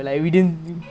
the girls also ah